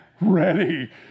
ready